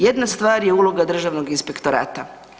Jedna stvar je uloga Državnog inspektorata.